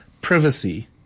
privacy